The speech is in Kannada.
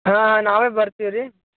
ಹಾಂ ನಾವೇ ಬರ್ತೀವಿ ರೀ